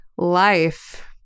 Life